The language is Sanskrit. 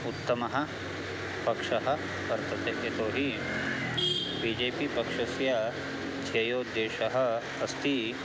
उत्तमः पक्षः वर्तते यतोहि बि जे पि पक्षस्य ध्येयोद्देशः अस्ति